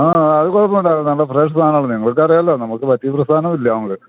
ആ ആ അതു കുഴപ്പമുണ്ടാകില്ല നല്ല ഫ്രഷ് സാധനമാണ് നിങ്ങള്ക്കറിയാമല്ലോ നമുക്ക് പറ്റീരു പ്രസ്ഥനമില്ല നമുക്ക്